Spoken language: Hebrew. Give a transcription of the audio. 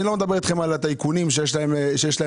אני לא מדבר אתכם על הטייקונים שיש להם בבנק,